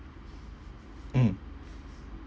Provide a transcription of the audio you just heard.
mm